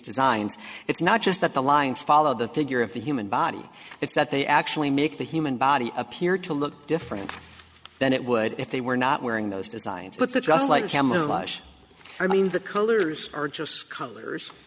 designs it's not just that the lines follow the figure of the human body it's that they actually make the human body appear to look different than it would if they were not wearing those designs but that just like a camera mush i mean the colors are just colors